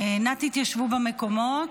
אנא התיישבו במקומות.